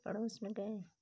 पड़ोस में गए